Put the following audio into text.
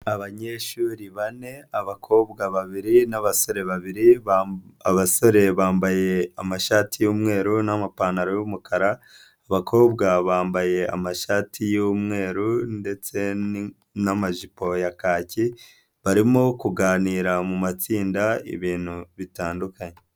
Abanyeshuri bane abakobwa babiri n'abasore babiri abasore bambaye amashati y'umweru n'amapantaro y'umukara, abakobwa bambaye amashati y'umweru ndetse n'amajipo ya kaki, barimo kuganira matsinda ibintu bitandukanye.